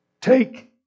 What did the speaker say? take